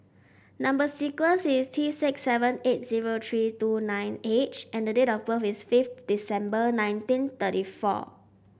number sequence is T six seven eight zero three two nine H and the date of birth is fifth December nineteen thirty four